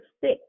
thick